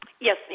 Yes